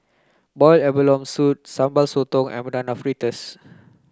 boiled abalone soup sambal sotong and banana fritters